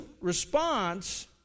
response